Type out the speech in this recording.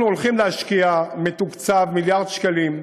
אנחנו הולכים להשקיע, מתוקצב במיליארד שקלים,